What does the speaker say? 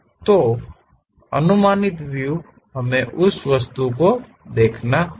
तो अनुमानित व्यू हमें उस वस्तु पर देखना होगा